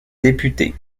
député